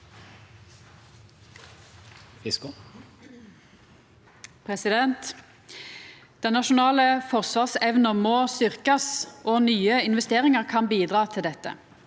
Den nasjonale for- svarsevna må styrkjast, og nye investeringar kan bidra til dette.